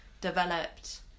developed